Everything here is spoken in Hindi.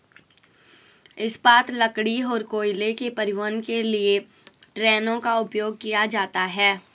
इस्पात, लकड़ी और कोयले के परिवहन के लिए ट्रेनों का उपयोग किया जाता है